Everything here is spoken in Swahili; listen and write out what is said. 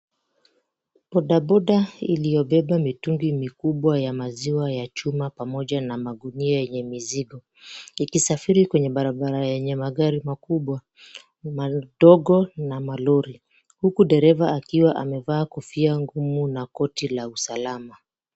Bodaboda iliyobeba mitungi mikubwa ya maziwa ya chuma pamoja na magunia yenye mizigo ikisafiri kwenye barabara yenye magari makubwa, madogo na malori huku, dereva amevalia kofia mgumu na koti la usalama.